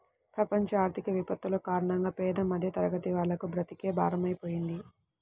ప్రపంచ ఆర్థిక విపత్తుల కారణంగా పేద మధ్యతరగతి వాళ్లకు బ్రతుకే భారమైపోతుంది